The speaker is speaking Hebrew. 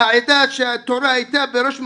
העדה שהתורה הייתה בראש מעייניה.